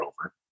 over